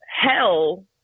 hell